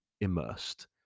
immersed